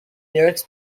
lyrics